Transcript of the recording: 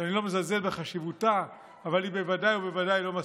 שאני לא מזלזל בחשיבותה אבל היא בוודאי ובוודאי לא מספיקה.